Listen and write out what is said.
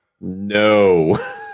No